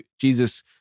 Jesus